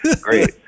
Great